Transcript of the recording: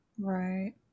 Right